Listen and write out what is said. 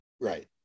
Right